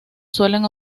suelen